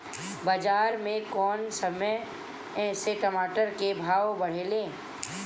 बाजार मे कौना समय मे टमाटर के भाव बढ़ेले?